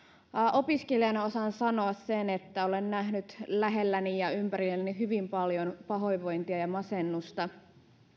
opiskelijana osaan sanoa sen että olen nähnyt lähelläni ja ympärilläni hyvin paljon pahoinvointia ja masennusta